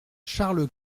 charles